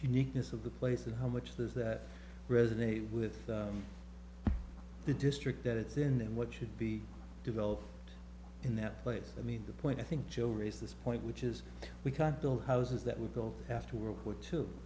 uniqueness of the place and how much those that resonate with the district that it's in and what should be developed in that place i mean the point i think joe raised this point which is we can't build houses that would go after world war two